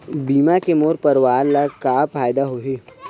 बीमा के मोर परवार ला का फायदा होही?